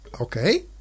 Okay